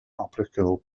optical